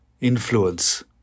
influence